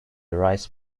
rice